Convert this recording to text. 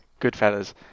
Goodfellas